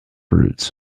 roots